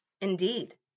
Indeed